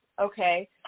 okay